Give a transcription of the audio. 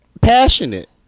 passionate